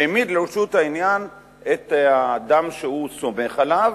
העמיד לרשות העניין את האדם שהוא סומך עליו